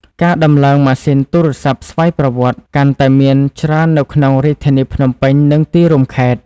ការដំឡើងម៉ាស៊ីនទូរស័ព្ទស្វ័យប្រវត្តិកាន់តែមានច្រើននៅក្នុងរាជធានីភ្នំពេញ និងទីរួមខេត្ត។